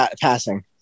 passing